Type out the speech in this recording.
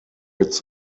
its